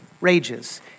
rages